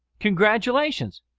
congratulations!